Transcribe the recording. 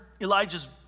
Elijah's